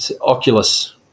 Oculus